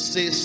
Say